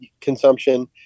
consumption